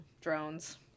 drones